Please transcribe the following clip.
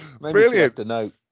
brilliant